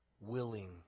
willing